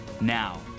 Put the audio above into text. Now